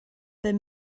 bum